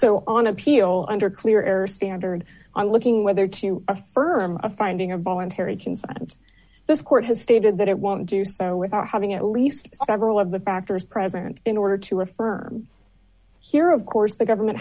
so on appeal under clear air standard i'm looking whether to affirm a finding of voluntary consent this court has stated that it won't do so without having at least several of the factors present in order to affirm here of course the government